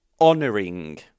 honoring